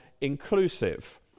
inclusive